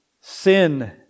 Sin